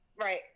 right